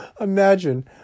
Imagine